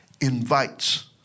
invites